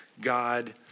God